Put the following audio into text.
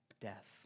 death